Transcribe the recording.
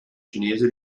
cinese